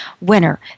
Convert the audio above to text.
winner